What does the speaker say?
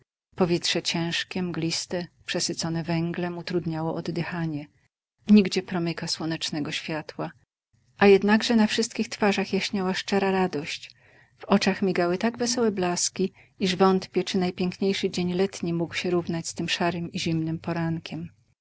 powietrze ciężkie mgliste przesycone węglem utrudniało oddychanie nigdzie promyka słonecznego światła a jednakże na wszystkich twarzach jaśniała szczera radość w oczach migały tak wesołe blaski iż wątpię czy najpiękniejszy dzień letni mógł się równać z tym szarym i zimnym porankiem